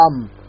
Come